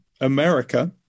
America